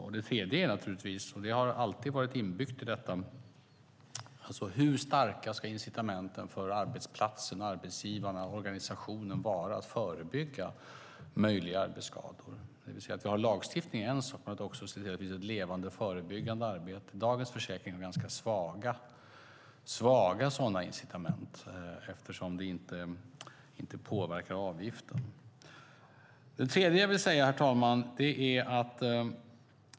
Sedan finns det naturligtvis något som alltid har varit inbyggt i detta. Hur starka ska incitamenten för arbetsplatsen, arbetsgivaren och organisationen vara att förebygga arbetsskador? Att vi har lagstiftning är en sak, men det handlar också om att se till att det finns ett levande förebyggande arbete. I dagens försäkring är det ganska svaga sådana incitament, eftersom det inte påverkar avgiften. Det är en tredje sak jag vill säga, herr talman.